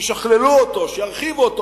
שישכללו אותו ושירחיבו אותו,